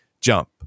jump